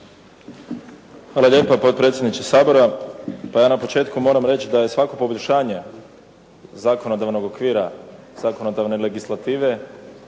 Hvala lijepa potpredsjedniče Sabora. Pa na početku moram reći da je svako poboljšanje zakonodavnog okvira, zakonodavne legislative